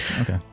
okay